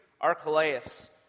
Archelaus